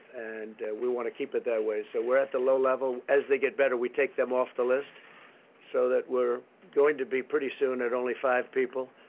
and we want to keep it that way. so we're at the low level. as they get better, we take them off the list so that we're going to be pretty soon at just five people,